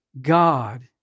God